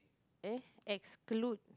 eh exclude